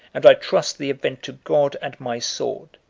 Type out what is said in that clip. and i trust the event to god and my sword.